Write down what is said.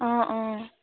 অঁ অঁ